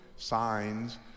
Signs